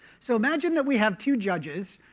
so imagine that we have two judges,